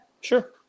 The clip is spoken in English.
Sure